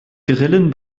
grillen